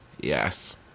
Yes